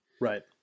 Right